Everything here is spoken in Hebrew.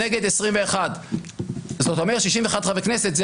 נגד- 21. זאת אומרת 61 חברי כנסת זה